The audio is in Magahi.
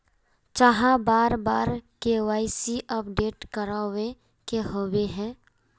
चाँह बार बार के.वाई.सी अपडेट करावे के होबे है?